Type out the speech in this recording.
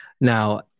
Now